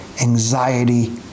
anxiety